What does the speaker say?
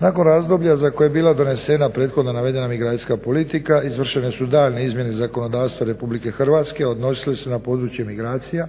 Nakon razdoblja za koje je bila donesena prethodna navedena migracijska politika izvršene su daljnje izmjene zakonodavstva RH odnosile su se na područje migracija